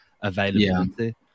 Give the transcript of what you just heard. availability